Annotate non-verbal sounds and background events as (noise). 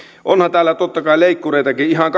onhan täällä totta kai leikkureitakin ihan (unintelligible)